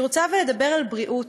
אבל אני רוצה לדבר על בריאות,